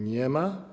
Nie ma.